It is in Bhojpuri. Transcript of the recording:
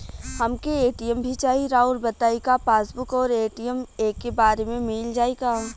हमके ए.टी.एम भी चाही राउर बताई का पासबुक और ए.टी.एम एके बार में मील जाई का?